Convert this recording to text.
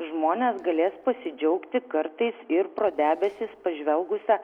žmonės galės pasidžiaugti kartais ir pro debesis pažvelgusia